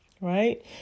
right